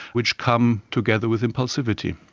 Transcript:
which come together with impulsivity.